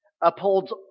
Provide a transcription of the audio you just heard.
upholds